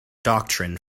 doctrine